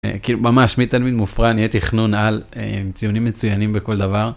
כאילו ממש, מתלמיד מופרע, נהייתי חנון על, עם ציונים מצוינים בכל דבר.